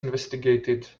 investigated